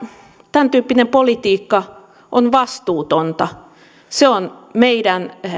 tämän tyyppinen politiikka on vastuutonta se on meidän